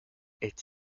est